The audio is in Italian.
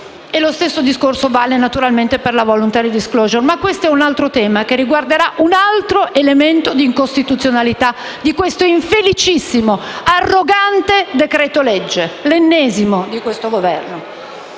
Lo stesso discorso vale per la *voluntary disclosure*, ma questo è un altro tema che riguarderà un altro elemento di incostituzionalità di questo infelicissimo e arrogante decreto-legge, l'ennesimo di questo Governo.